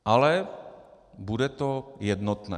Ale bude to jednotné.